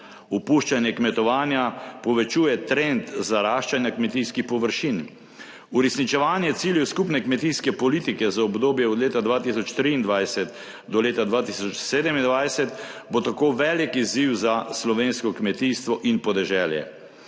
Opuščanje kmetovanja povečuje trend zaraščanja kmetijskih površin. Uresničevanje ciljev skupne kmetijske politike za obdobje od leta 2023 do leta 2027 bo tako velik izziv za slovensko kmetijstvo in podeželje.